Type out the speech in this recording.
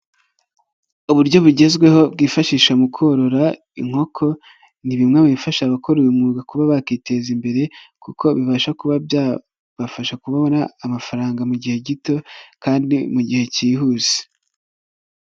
Uburyo bugezweho bwifashishwa mu korora inkoko, ni bimwe mu bifasha abakora uyu mwuga kuba bakiteza imbere, kuko bibasha kuba byabafasha kubona amafaranga mu gihe gito kandi mu gihe cyihuse.